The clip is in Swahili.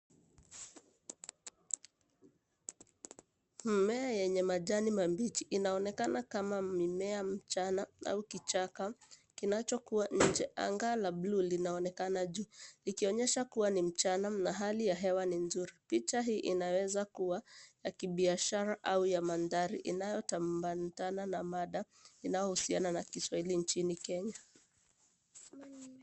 Mimea yenye majani mabichi inaonekana kama mimea mchana au kichaka, kinacho kuwa inje, anga ya (cs)blue(cs) linaonekana juu likionyesha kuwa ni mchana na hali ya hewa ni nzuri. Picha hili inaweza kuwa ya kibiashara au ya madhari inayoambatana na mada inayohusiana na kiswahilii chini Kenya.